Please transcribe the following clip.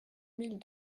mille